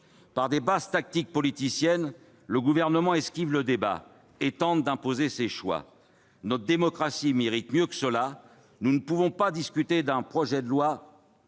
Par de basses tactiques politiciennes, le Gouvernement esquive le débat et tente d'imposer ses choix. Notre démocratie mérite mieux que cela. Nous ne pouvons pas discuter d'un projet de loi